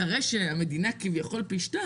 אחרי שהמדינה פישטה,